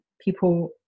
People